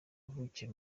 wavukiye